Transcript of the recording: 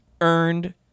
earned